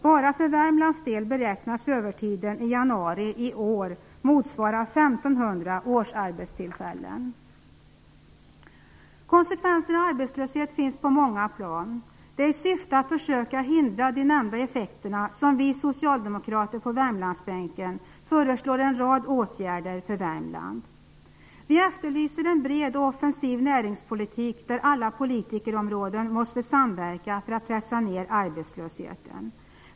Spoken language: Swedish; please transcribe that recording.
Bara för Konsekvenserna av arbetslösheten finns på många plan. Det är i syfte att försöka hindra de nämnda effekterna som vi socialdemokrater på Värmlandsbänken föreslår en rad åtgärder för Värmland. Vi efterlyser en bred och offensiv näringspolitik, där alla politikområden måste samverka för att pressa ner arbetslösheten.